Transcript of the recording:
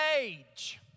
age